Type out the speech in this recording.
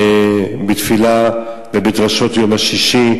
שבתפילה ובדרשות יום השישי,